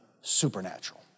supernatural